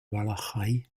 walachei